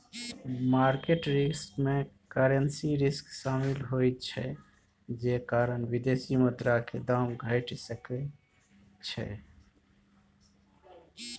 market risk में currency risk शामिल होइ छइ जे कारण विदेशी मुद्रा के दाम घइट सकइ छइ